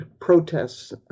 protests